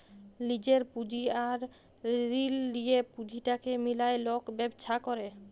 লিজের পুঁজি আর ঋল লিঁয়ে পুঁজিটাকে মিলায় লক ব্যবছা ক্যরে